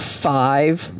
five